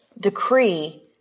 decree